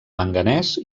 manganès